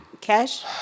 Cash